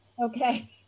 Okay